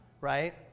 right